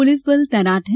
police बल तैनात है